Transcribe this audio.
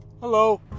Hello